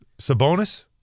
Sabonis